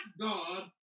God